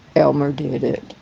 elmer did it.